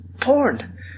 porn